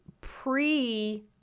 pre